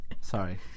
Sorry